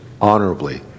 honorably